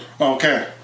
Okay